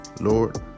Lord